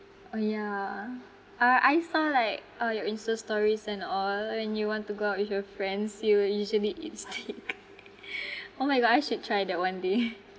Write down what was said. oh yeah I I saw like all your insta~ stories and all when you want to go out with your friends you would usually eat steak oh my god I should try that one day